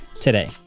today